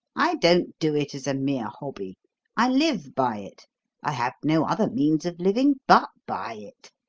i don't do it as a mere hobby i live by it i have no other means of living but by it.